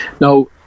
Now